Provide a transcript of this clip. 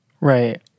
Right